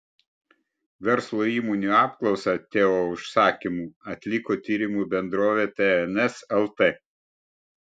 verslo įmonių apklausą teo užsakymu atliko tyrimų bendrovė tns lt